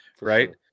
Right